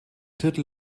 titel